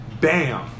BAM